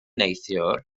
neithiwr